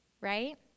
right